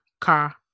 car